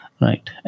right